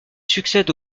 succède